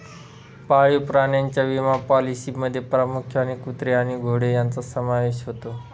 पाळीव प्राण्यांच्या विमा पॉलिसींमध्ये प्रामुख्याने कुत्रे आणि घोडे यांचा समावेश होतो